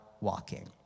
walking